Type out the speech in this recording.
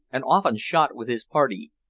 and often shot with his party.